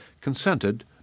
consented